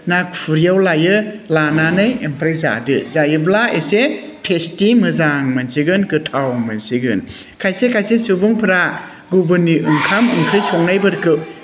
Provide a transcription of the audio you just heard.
ना खुरैयाव लायो लानानै ओमफ्राय जादो जायोब्ला एसे थेस्टि मोजां मोनसिगोन गोथाव मोनसिगोन खायसे खायसे सुबुंफोरा गुबुननि ओंखाम ओंख्रि संनायफोरखौ